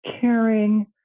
caring